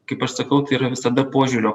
kaip aš sakau tai yra visada požiūrio